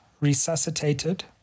resuscitated